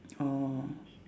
orh